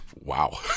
Wow